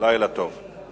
לילה טוב.